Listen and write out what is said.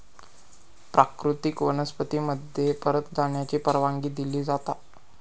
प्राकृतिक वनस्पती मध्ये परत जाण्याची परवानगी दिली जाता